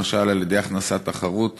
למשל על-ידי הכנסת תחרות